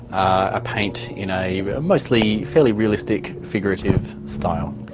i paint in a mostly fairly realistic figurative style.